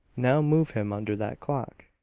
now move him under that clock!